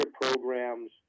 programs